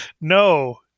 no –